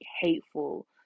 hateful